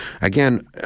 Again